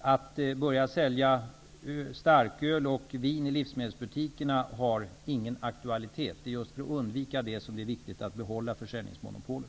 Att börja sälja starköl och vin i livsmedelsbutikerna har ingen aktualitet. Det är just för att undvika det som det är viktigt att behålla försäljningsmonopolet.